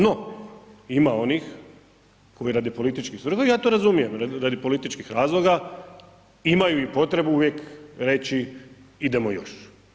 No, ima onih koji radi političkih …/nerazumljivo/… i ja to razumijem, radi političkih razloga imaju i potrebu uvijek reći idemo još.